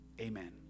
Amen